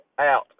out